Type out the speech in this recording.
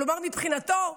כלומר מבחינתו,